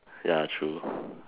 ya true